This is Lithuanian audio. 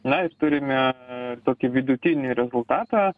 na ir turime tokį vidutinį rezultatą